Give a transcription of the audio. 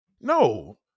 No